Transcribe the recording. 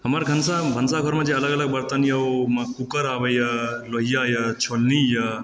हमर भनसा घरमे जे अलग अलग बर्तन अछि ओमे कूकर आबैए लोहिआ यऽ छोलनी यऽ